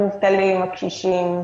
המובטלים, הקשישים,